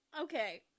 Okay